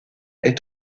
est